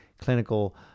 clinical